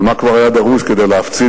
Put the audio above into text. אבל מה כבר היה דרוש כדי להפציץ,